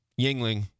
Yingling